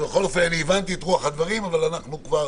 בכל אופן הבנתי את רוח הדברים, אבל אנחנו כבר